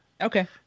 Okay